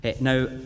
Now